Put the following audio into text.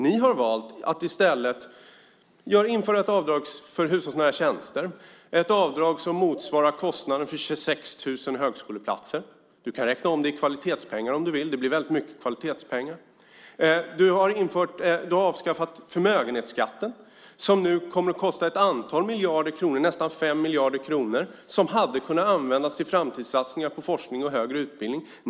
Ni har valt att i stället införa ett avdrag för hushållsnära tjänster, ett avdrag som motsvarar kostnaden för 26 000 högskoleplatser. Du kan räkna om det i kvalitetspengar om du vill. Det blir väldigt mycket kvalitetspengar. Du har avskaffat förmögenhetsskatten som kommer att kosta ett antal miljarder kronor, nästan 5 miljarder kronor, som hade kunnat användas till framtidssatsningar på forskning och högre utbildning.